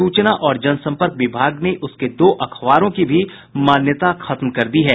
सूचना और जनसंपर्क विभाग ने उसके दो अखबारों की भी मान्यता खत्म कर दी है